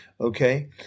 Okay